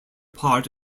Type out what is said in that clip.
part